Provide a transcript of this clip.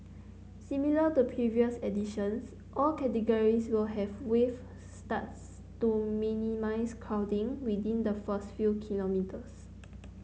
similar to previous editions all categories will have wave starts to minimise crowding within the first few kilometres